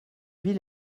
ville